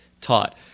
taught